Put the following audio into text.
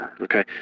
Okay